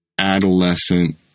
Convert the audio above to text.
adolescent